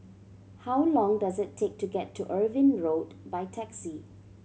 how long does it take to get to Irving Road by taxi